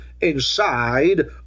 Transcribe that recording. inside